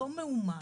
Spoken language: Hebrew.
אותו מאומת,